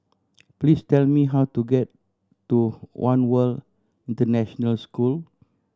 please tell me how to get to One World International School